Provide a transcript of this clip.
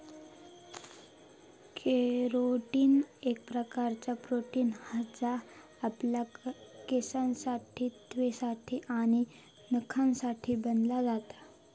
carotene एक प्रकारचा protein हा जा आपल्या केसांसाठी त्वचेसाठी आणि नखांसाठी बनला जाता